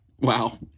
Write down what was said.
Wow